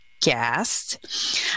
guest